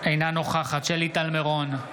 אינה נוכחת שלי טל מירון,